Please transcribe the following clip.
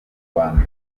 rwanda